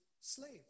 slave